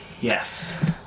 Yes